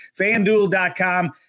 FanDuel.com